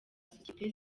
société